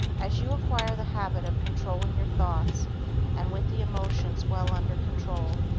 as you acquire the habit of controlling your thoughts and with the emotions well under control,